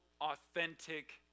authentic